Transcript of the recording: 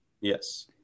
Yes